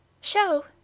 show